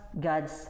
God's